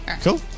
Cool